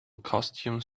costumes